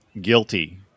Guilty